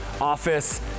office